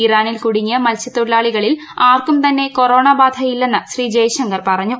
ഇറാനിൽ കുടുങ്ങിയ മത്സ്യത്തൊഴിലാളികളിൽ ് ആർക്കും തന്നെ കൊറോണ ബാധ ഇല്ലെന്ന് ശ്രീ ജയ്ശ്ങ്കർ പറഞ്ഞു